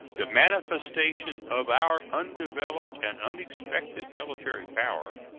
the manifestation of our undeveloped and unexpected military power,